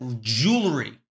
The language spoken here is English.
jewelry